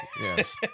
Yes